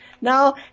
Now